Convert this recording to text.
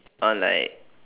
or like